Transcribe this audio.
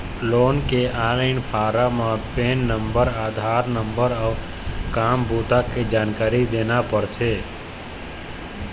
loan के online form म PAN number, Aadhaar number अउ काम बूता के जानकारी देना परथे